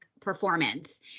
performance